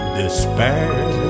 despair